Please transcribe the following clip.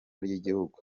ry’igihugu